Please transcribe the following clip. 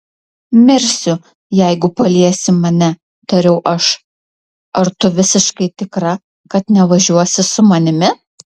mirsiu jeigu paliesi mane tariau aš ar tu visiškai tikra kad nevažiuosi su manimi